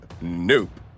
nope